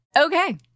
Okay